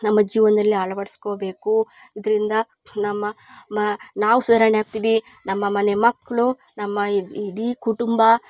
ನಮ್ಮ ಜೀವನದಲ್ಲಿ ಅಳ್ವಡಿಸ್ಕೋಬೇಕೂ ಇದ್ರಿಂದ ನಮ್ಮ ಮ ನಾವು ಸುಧಾರಣೆಯಾಗ್ತಿವಿ ನಮ್ಮ ಮನೆ ಮಕ್ಕಳು ನಮ್ಮ ಈ ಇಡೀ ಕುಟುಂಬ